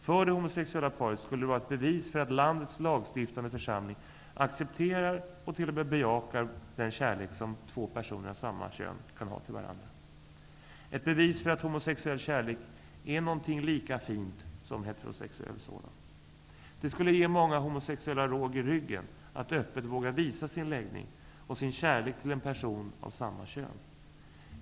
För det homosexulla paret skulle det vara ett bevis för att landets lagstiftande församling accepterar och t.o.m. bejakar den kärlek som två personer av samma kön kan känna för varandra. Det skulle vara ett bevis för att homosexuell kärlek är någonting lika fint som heterosexuell sådan. Det skulle ge många homosexuella råg i ryggen att öppet våga visa sin läggning och sin kärlek till en person av samma kön.